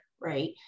right